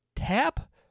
Tap